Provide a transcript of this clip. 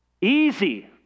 Easy